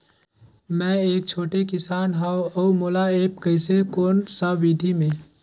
मै एक छोटे किसान हव अउ मोला एप्प कइसे कोन सा विधी मे?